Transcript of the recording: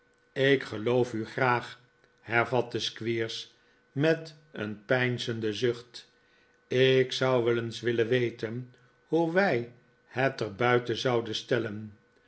ik geloof u graag hervatte squeers met een peinzenden zucht ik zou wel eens willen weten hoe wij het er buiten zouden stellen